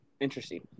interesting